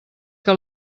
que